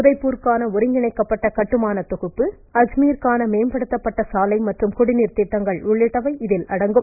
உதய்ப்பூருக்கான ஒருங்கிணைக்கப்பட்ட கட்டுமானத் தொகுப்பு அஜ்மீருக்கான மேம்படுத்தப்பட்ட சாலை மற்றும் குடிநீர் திட்டங்கள் உள்ளிட்டவை இதில் அடங்கும்